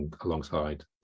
alongside